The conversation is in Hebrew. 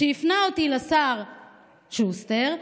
שהפנה אותי לשר שוסטר,